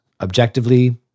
Objectively